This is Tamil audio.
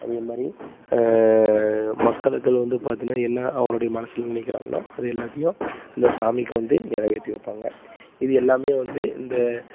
அதே மாதிரி மக்களுக்கள் வந்து பார்த்திங்கன்னா என்ன அவர்களுடைய மனசில் நினைக்கிறாங்களோ அதை எல்லாத்தையும் அந்த சாமிக்கு வந்து நிறைவேற்றி வைப்பாங்க இது எல்லாமே வந்து இந்த